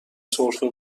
سرفه